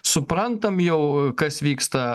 suprantam jau kas vyksta